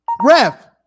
Ref